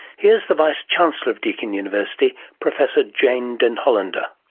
here is the vice-chancellor of deakin university, professor jane den hollander.